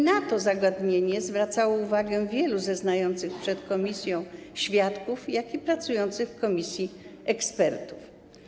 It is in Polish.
Na to zagadnienie zwracało uwagę zarówno wielu zeznających przed komisją świadków, jak i pracujących w komisji ekspertów.